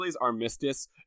Armistice